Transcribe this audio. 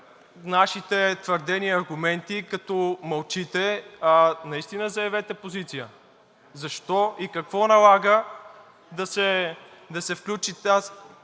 нашите твърдения и аргументи, като мълчите, а наистина заявете позиция защо и какво налага да се включи тази